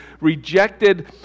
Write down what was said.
rejected